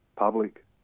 public